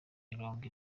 mirongo